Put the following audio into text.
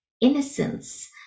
innocence